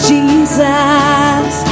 Jesus